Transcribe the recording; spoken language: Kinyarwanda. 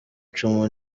icumu